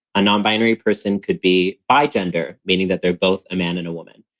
a nonbinary person could be bigender, meaning that they're both a man and a woman.